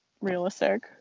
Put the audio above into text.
realistic